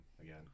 again